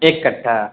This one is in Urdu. ایک کٹا